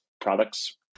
products